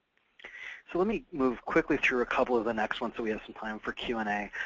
so let me move quickly through a couple of the next ones so we have some time for q and a.